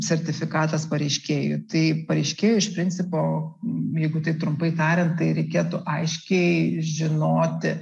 sertifikatas pareiškėjui tai paraiškėjui iš principo jeigu taip trumpai tariant tai reikėtų aiškiai žinoti